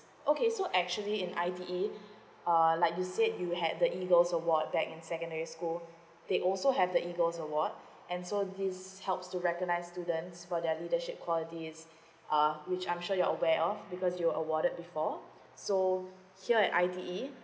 okay so actually in I_T_E uh like you said you had the eagles award back in secondary school they also have the eagles award and so this helps to recognize students for their leadership qualities uh which I'm sure you're aware of because you were awarded before so here at I_T_E